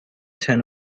ten